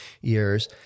years